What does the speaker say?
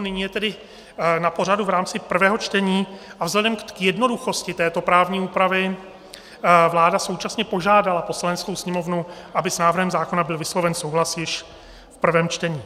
Nyní je tedy na pořadu v rámci prvého čtení a vzhledem k jednoduchosti této právní úpravy vláda současně požádala Poslaneckou sněmovnu, aby s návrhem zákona byl vysloven souhlas již v prvém čtení.